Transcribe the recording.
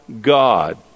God